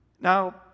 Now